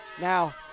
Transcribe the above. Now